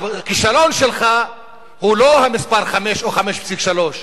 הכישלון שלך הוא לא המספר 5 או 5.3,